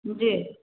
जी